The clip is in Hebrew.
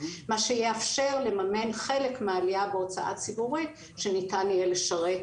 מה שיאפשר לממן חלק מהעלייה בהוצאה ציבורית שניתן יהיה לשרת